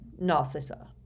Narcissa